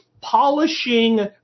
polishing